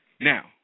Now